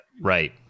Right